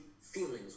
feelings